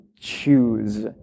Choose